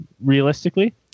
realistically